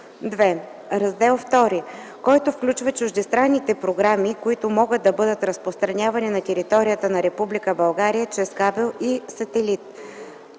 раздел, който включва чуждестранните програми, които могат да бъдат разпространявани на територията на Република България чрез кабел и сателит;